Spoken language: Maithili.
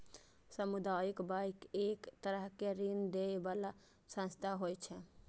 सामुदायिक बैंक एक तरहक ऋण दै बला संस्था होइ छै